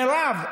מירב,